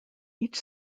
each